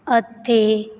ਅਤੇ